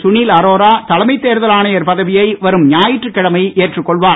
சுனில் அரோரா தலைமைத் தேர்தல் ஆணையர் பதவியை வரும் ஞாயிற்றுக்கிழமை ஏற்றுக் கொள்வார்